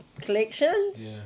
collections